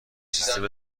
سیستم